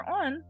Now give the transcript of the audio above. on